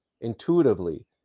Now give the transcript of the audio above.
intuitively